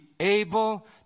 able